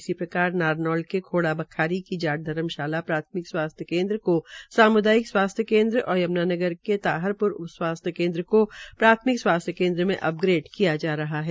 इसी प्रकार नारनौल के खोड़ा खारी की जाट धर्मशाला प्राथमिक स्वास्थ्य केंद्र को साम्दायिक स्वास्थ्य केंद्र और यम्नानगर के ताहरप्र उप स्वास्थ्य केंद्र को प्राथमिक स्वास्थ्य केंद्र में अपग्रेड किया जा रहा है